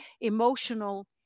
emotional